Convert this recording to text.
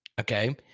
okay